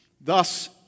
Thus